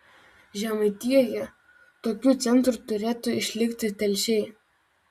žemaitijoje tokiu centru turėtų išlikti telšiai